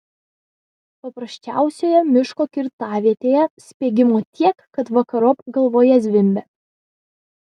paprasčiausioje miško kirtavietėje spiegimo tiek kad vakarop galvoje zvimbia